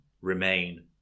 remain